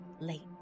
late